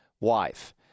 wife